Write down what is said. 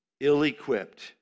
ill-equipped